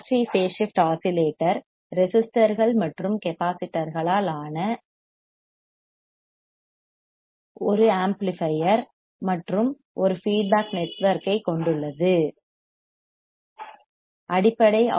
C phase shift oscillator ரெசிஸ்டர்கள் மற்றும் கெப்பாசிட்டர்களால் ஆன ஒரு ஆம்ப்ளிபையர் மற்றும் ஃபீட்பேக் நெட்வொர்க்கைக் கொண்டுள்ளது அடிப்படை ஆர்